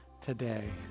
today